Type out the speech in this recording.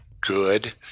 good